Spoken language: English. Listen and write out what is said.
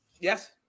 Yes